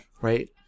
right